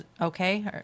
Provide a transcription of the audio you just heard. okay